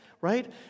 right